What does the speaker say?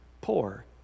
poor